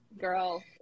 girl